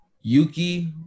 Yuki